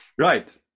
Right